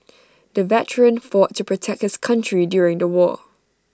the veteran fought to protect his country during the war